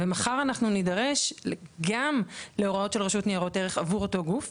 ומחר אנחנו נידרש גם להוראות של הרשות לניירות ערך עבור אותו גוף,